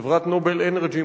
חברת "נובל אנרג'י",